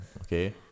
Okay